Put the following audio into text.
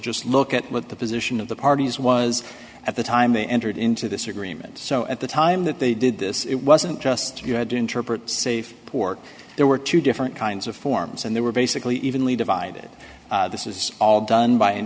just look at what the position of the parties was at the time they entered into this agreement so at the time that they did this it wasn't just you had to interpret safe pork there were two different kinds of forms and they were basically evenly divided this is all done by an